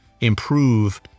improve